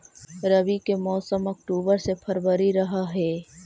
रब्बी के मौसम अक्टूबर से फ़रवरी रह हे